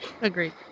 Agreed